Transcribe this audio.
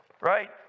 right